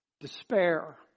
Despair